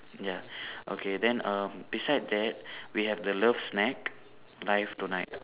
ya okay then err beside that we have the love snack live tonight